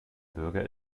bürger